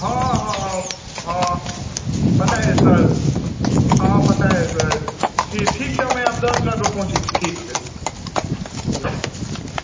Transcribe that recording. हँ हँ हँ हँ पता अइ सर हँ पता अइ सर की ठीक छै हम हैआ दस मिनटमे पहुँचै छी ठीक छै